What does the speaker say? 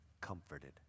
comforted